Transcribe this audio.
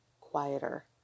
quieter